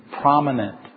prominent